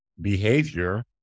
behavior